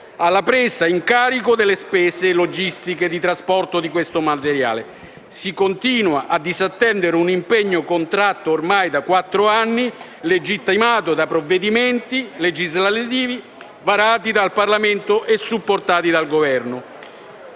alla presa in carico delle spese logistiche di trasporto di questo materiale. Si continua a disattendere un impegno contratto ormai da quattro anni, legittimato da provvedimenti legislativi varati dal Parlamento e supportati dal Governo,